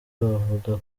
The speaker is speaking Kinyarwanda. bavuga